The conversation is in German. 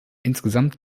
insgesamt